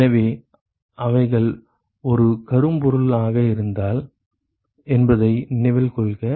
எனவே அவைகள் ஒரு கரும்பொருள் ஆக இருந்தால் என்பதை நினைவில் கொள்க